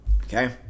okay